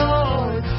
Lord